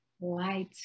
light